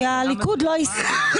הליכוד לא הסכים.